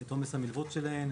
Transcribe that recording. את עומס המלווה שלהן,